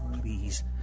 Please